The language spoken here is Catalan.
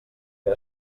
que